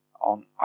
on